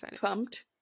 pumped